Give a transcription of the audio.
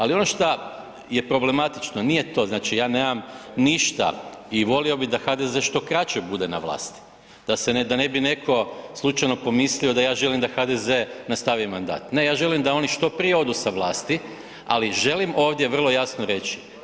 Ali ono šta je problematično nije to, znači ja nemam ništa i volio bi da HDZ što kraće bude na vlasti, da se, da ne bi netko slučajno pomislio da ja želim da HDZ nastavi mandat, ne ja želim da oni što prije odu sa vlasti, ali želim ovdje vrlo jasno reći.